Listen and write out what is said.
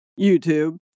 YouTube